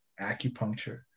acupuncture